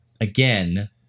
again